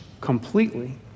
completely